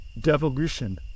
devolution